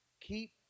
keep